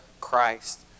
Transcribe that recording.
Christ